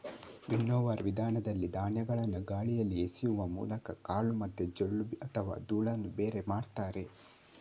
winnower ವಿಧಾನದಲ್ಲಿ ಧಾನ್ಯಗಳನ್ನ ಗಾಳಿಯಲ್ಲಿ ಎಸೆಯುವ ಮೂಲಕ ಕಾಳು ಮತ್ತೆ ಜೊಳ್ಳು ಅಥವಾ ಧೂಳನ್ನ ಬೇರೆ ಮಾಡ್ತಾರೆ